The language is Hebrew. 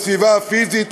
לסביבה הפיזית,